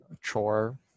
chore